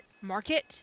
market